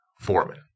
Foreman